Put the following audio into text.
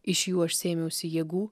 iš jų aš sėmiausi jėgų